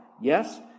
Yes